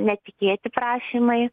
netikėti prašymai